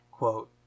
quote